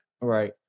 Right